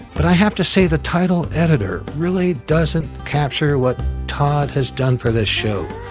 but i have to say, the title editor really doesn't capture what todd has done for this show.